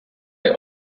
have